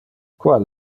qual